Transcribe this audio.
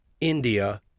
India